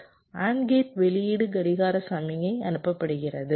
AND gate வெளியீடு கடிகார சமிக்ஞைக்கு அணுப்பப்படுகிறது